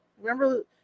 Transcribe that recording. Remember